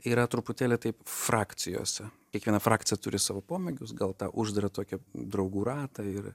yra truputėlį taip frakcijose kiekviena frakcija turi savo pomėgius gal tą uždarą tokią draugų ratą ir